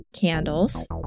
candles